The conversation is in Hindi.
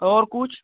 और कुछ